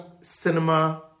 cinema